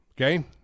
Okay